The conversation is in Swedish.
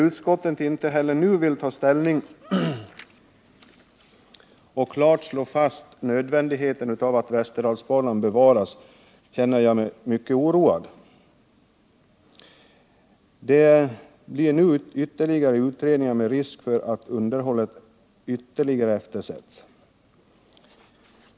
Utskottet vill inte heller nu ta ställning och klart slå fast nödvändigheten av Västerdalsbanans bevarande. Därför känner jag mig mycket oroad. Ytterligare utredningar skall göras, med risk för att underhållet eftersätts ännu mer.